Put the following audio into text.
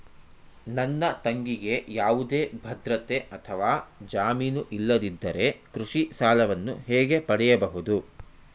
ನನ್ನ ತಂಗಿಗೆ ಯಾವುದೇ ಭದ್ರತೆ ಅಥವಾ ಜಾಮೀನು ಇಲ್ಲದಿದ್ದರೆ ಕೃಷಿ ಸಾಲವನ್ನು ಹೇಗೆ ಪಡೆಯಬಹುದು?